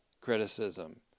criticism